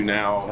now